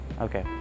Okay